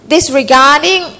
Disregarding